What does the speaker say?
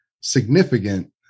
significant